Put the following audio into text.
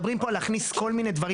מדברים פה על להכניס כל מיני דברים